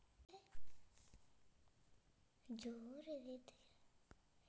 Online application ಗೆ service charge cut ಆಗುತ್ತದೆಯಾ ತಿಳಿಸಿ?